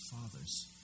fathers